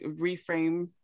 reframe